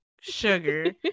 sugar